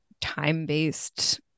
time-based